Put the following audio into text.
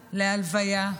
משבעה להלוויה,